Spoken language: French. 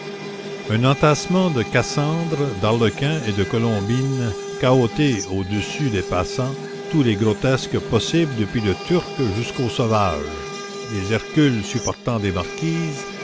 un entassement de cassandres d'arlequins et de colombines cahoté au-dessus des passants tous les grotesques possibles depuis le turc jusqu'au sauvage des hercules supportant des marquises